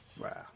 Wow